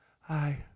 Hi